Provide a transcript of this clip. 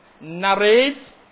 narrates